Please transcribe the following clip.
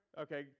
Okay